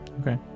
okay